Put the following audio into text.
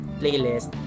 playlist